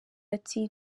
ati